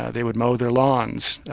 ah they would mow their lawns,